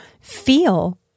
feel